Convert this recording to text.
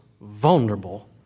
vulnerable